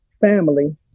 family